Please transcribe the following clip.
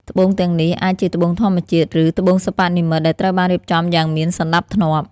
ត្បូងទាំងនេះអាចជាត្បូងធម្មជាតិ ឬត្បូងសិប្បនិម្មិត ដែលត្រូវបានរៀបចំយ៉ាងមានសណ្តាប់ធ្នាប់។